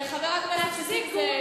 חבר הכנסת נסים זאב.